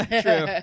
True